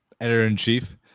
editor-in-chief